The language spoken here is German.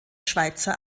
schweizer